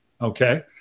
okay